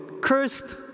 Cursed